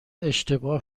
اشتباه